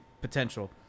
potential